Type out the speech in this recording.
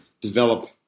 develop